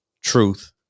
truth